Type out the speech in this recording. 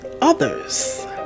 others